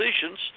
decisions